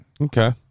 Okay